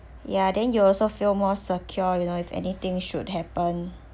ya then you also feel more secure you know if anything should happen